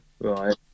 Right